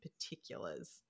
particulars